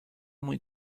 muy